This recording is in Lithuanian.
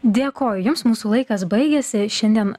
dėkoju jums mūsų laikas baigėsi šiandien